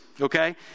Okay